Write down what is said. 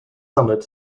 summit